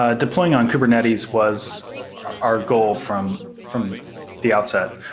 ah deploying on kubernetes was our goal from from the outset.